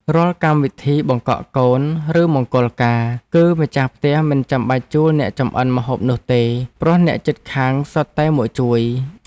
រាល់កម្មវិធីបង្កក់កូន ឬមង្គលការ គឺម្ចាស់ផ្ទះមិនចាំបាច់ជួលអ្នកចម្អិនម្ហូបនោះទេ ព្រោះអ្នកជិតខាងសុទ្ធតែមកជួយ។